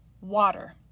water